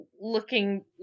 looking